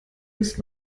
ist